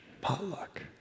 potluck